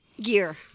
Gear